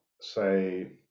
say